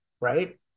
right